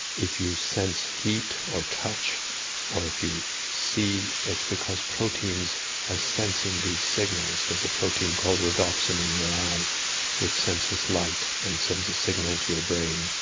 if you sense heat or touch or if you see, it's because proteins are sensing these signals. there's a protein called rhodopsin in your eye which senses light and sends a signal to your brain.